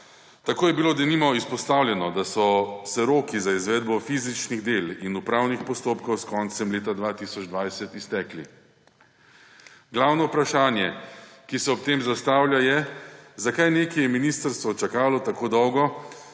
Tako je bilo denimo izpostavljeno, da so se roki za izvedbo fizičnih del in upravnih postopkov s koncem leta 2020 iztekli. Glavno vprašanje, ki se ob tem zastavlja, je, zakaj neki je ministrstvo čakalo tako dolgo